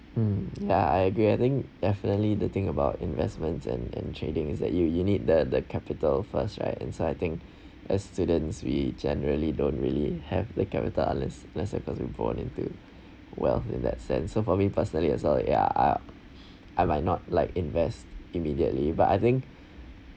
mm ya I agree I think definitely the thing about investments and and trading is that you you need the capital first right inciting as students we generally don't really have the capital unless less because we born into wealth in that sense so for me personally as long ya ah I might not like invest immediately but I think